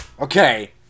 Okay